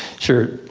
sure.